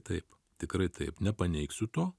taip tikrai taip nepaneigsiu to